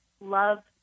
love